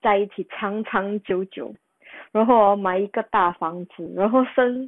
在一起长长久久然后 hor 买一个大房子然后生